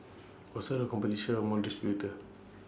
also the competition among distributors